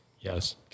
Yes